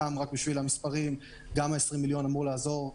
רק בשביל המספרים - גם ה-20 מיליון אמור לעזור.